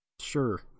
Sure